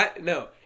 No